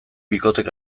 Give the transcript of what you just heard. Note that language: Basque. bikotek